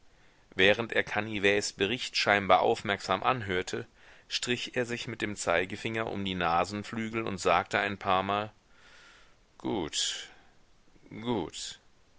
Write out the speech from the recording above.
während er canivets bericht scheinbar aufmerksam anhörte strich er sich mit dem zeigefinger um die nasenflügel und sagte ein paarmal gut gut